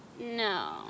No